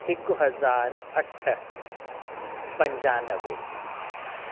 हिकु हज़ार अठ पंजानवे